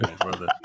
brother